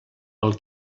pel